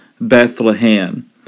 Bethlehem